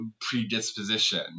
predisposition